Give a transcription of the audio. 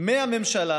מהממשלה